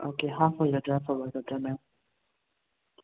okay ꯍꯥꯞ ꯑꯣꯏꯒꯗ꯭ꯔ ꯐꯨꯜ ꯑꯣꯏꯒꯗ꯭ꯔ ꯃꯦꯝ